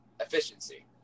efficiency